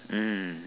mm